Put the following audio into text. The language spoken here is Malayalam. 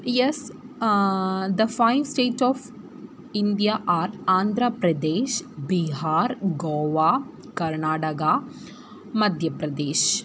yes the five state of India are Andhra Pradesh Bihar Goa Karnataka Madhya Pradesh